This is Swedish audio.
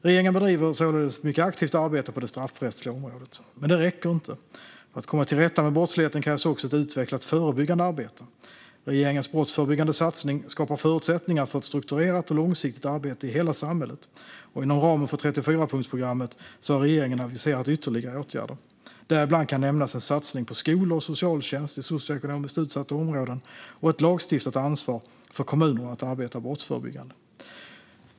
Regeringen bedriver således ett mycket aktivt arbete på det straffrättsliga området. Men det räcker inte. För att komma till rätta med brottsligheten krävs också ett utvecklat förebyggande arbete. Regeringens brottsförebyggande satsning skapar förutsättningar för ett strukturerat och långsiktigt arbete i hela samhället, och inom ramen för 34-punktsprogrammet har regeringen aviserat ytterligare åtgärder. Däribland kan nämnas en satsning på skolor och socialtjänst i socioekonomiskt utsatta områden och ett lagstiftat ansvar för kommunerna att arbeta brottsförebyggande.